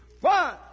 one